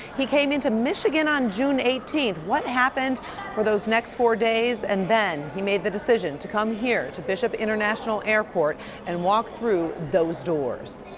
he came into michigan on june eighteen. what happened for those next four days? and then he made the decision to come here to bishop international airport and walk through those doors.